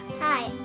Hi